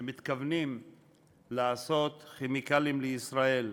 שמתכוונת לעשות "כימיקלים לישראל".